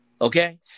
Okay